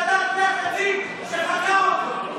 שחקר אותו,